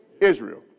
Israel